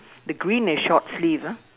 the green is short sleeve ah